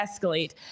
escalate